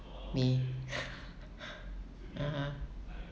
me (uh huh)